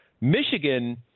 Michigan